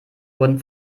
wurden